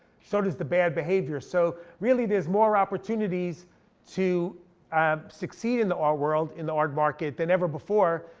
so does the bad behavior. so really there's more opportunities to um succeed in the art world, in the art market than ever before.